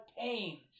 pain